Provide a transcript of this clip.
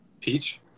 Peach